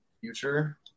future